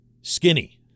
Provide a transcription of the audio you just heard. skinny